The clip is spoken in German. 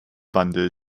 wandel